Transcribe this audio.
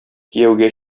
кияүгә